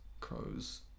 crows